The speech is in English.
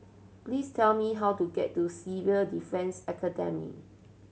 please tell me how to get to Civil Defence Academy